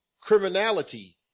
criminality